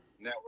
Now